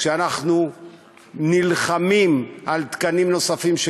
כשאנחנו נלחמים על תקנים נוספים של